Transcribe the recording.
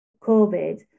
COVID